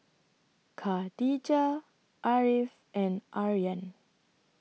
Khadija Ariff and Aryan